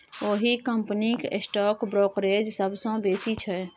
ओहि कंपनीक stock brokerage सबसँ बेसी छै